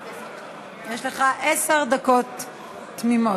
יש לך עשר דקות תמימות.